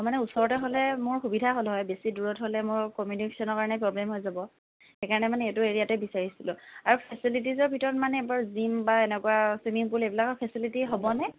অঁ মানে ওচৰতে হ'লে মোৰ সুবিধা হ'ল হয় বেছি দূৰত হলে মোৰ কমিউনিকেশ্বনৰ কাৰণে প্ৰব্লেম হৈ যাব সেইকাৰণে মানে এইটো এৰিয়াতে বিচাৰিছিলোঁ আৰু ফেছিলিটীছৰ ভিতৰত মানে এইবোৰ জীম বা এনেকুৱা চুইমিং পুল এইবিলাকৰ ফেছিলিটী হ'বনে